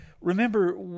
remember